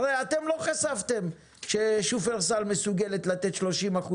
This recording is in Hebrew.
הרי אתם לא חשפתם ששופרסל מסוגלת לתת 30%